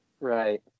Right